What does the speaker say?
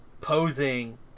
posing